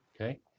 okay